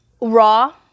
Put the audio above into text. raw